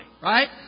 right